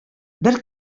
бер